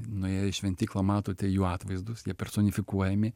nuėję į šventyklą matote jų atvaizdus jie personifikuojami